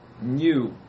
new